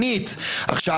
לא הצלחנו להבין מה אתה אומר.